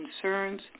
concerns